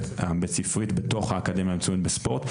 הבית ספרית בתוך האקדמיה המצוינת בספורט,